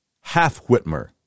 half-Whitmer